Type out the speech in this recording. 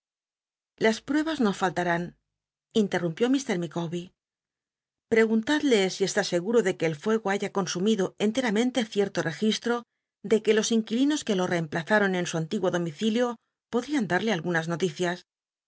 las pl'uebas no fall u in interrumpió mr micawber preguntadle si está seguro de que el ruego haya consumido cntcnunente cierto registro de que los inquilinos que lo reemplazaron en su antiguo dom icilio podrian dal'ic algunas noticias